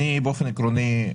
באופן עקרוני,